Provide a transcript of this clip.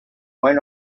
went